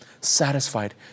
satisfied